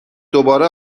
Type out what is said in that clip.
دوباره